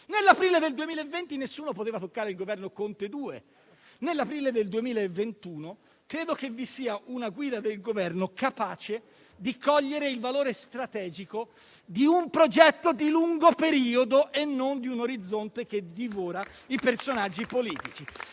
Nell'aprile del 2020 nessuno poteva toccare il Governo Conte 2. Nell'aprile del 2021 credo che vi sia una guida del Governo capace di cogliere il valore strategico di un progetto di lungo periodo e non di un orizzonte che divora i personaggi politici.